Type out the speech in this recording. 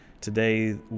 today